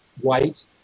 white